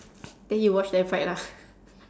then you watch them fight lah